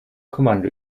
kommando